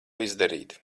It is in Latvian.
izdarīt